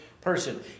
person